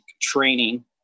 training